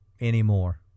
anymore